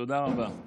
תודה רבה.